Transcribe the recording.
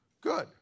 Good